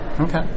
Okay